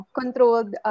controlled